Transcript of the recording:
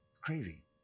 crazy